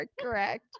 correct